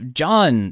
john